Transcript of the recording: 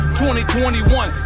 2021